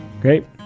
Great